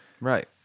Right